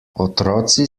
otroci